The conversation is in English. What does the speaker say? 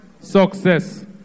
success